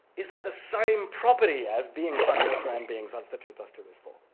is that the same property as being prime minister and being such that two plus two is four?